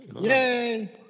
Yay